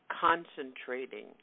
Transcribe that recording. concentrating